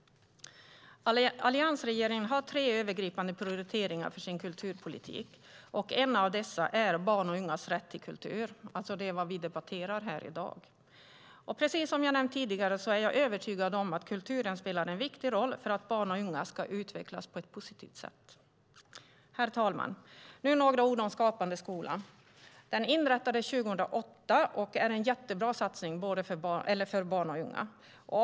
Alliansregeringen har tre övergripande prioriteringar för sin kulturpolitik. En av dessa är barns och ungas rätt till kultur, alltså det vi debatterar här i dag. Precis som jag har nämnt tidigare är jag övertygad om att kulturen spelar en viktig roll för att barn och unga ska utvecklas på ett positivt sätt. Herr talman! Några ord om Skapande skola. Den inrättades 2008 och är en jättebra satsning för barn och unga.